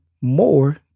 more